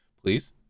Please